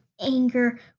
anger